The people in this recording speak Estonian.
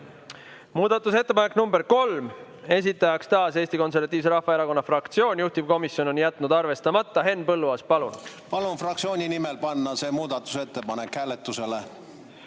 Muudatusettepanek nr 3, esitajaks taas Eesti Konservatiivse Rahvaerakonna fraktsioon, juhtivkomisjon on jätnud arvestamata. Henn Põlluaas, palun! Palun fraktsiooni nimel panna see muudatusettepanek hääletusele.